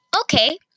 Okay